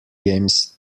games